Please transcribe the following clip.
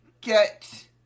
get